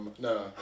No